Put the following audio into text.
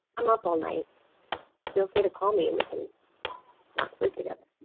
i'm up all night feel free to call me and we can not sleep together.